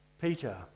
Peter